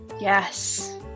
Yes